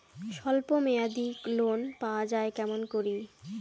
স্বল্প মেয়াদি লোন পাওয়া যায় কেমন করি?